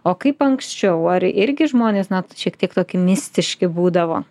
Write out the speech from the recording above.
o kaip anksčiau ar irgi žmonės na šiek tiek tokie mistiški būdavo